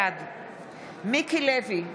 בעד מיקי לוי,